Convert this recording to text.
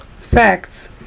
facts